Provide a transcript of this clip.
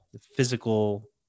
physical